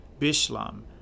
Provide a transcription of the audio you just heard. Bishlam